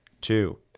two